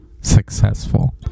successful